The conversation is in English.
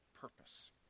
purpose